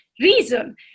reason